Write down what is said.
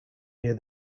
near